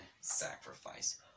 sacrifice